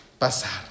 pasar